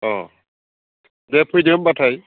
अ दे फैदो होनब्लालाय